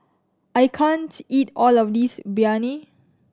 I can't eat all of this Biryani